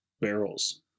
barrels